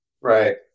Right